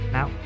Now